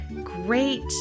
great